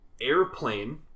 Airplane